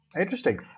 interesting